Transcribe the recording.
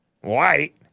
white